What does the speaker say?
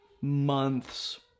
Months